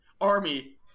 Army